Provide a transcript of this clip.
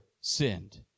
sinned